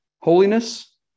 holiness